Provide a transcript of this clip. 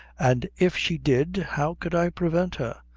and if she did, how could i prevent her?